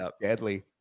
Deadly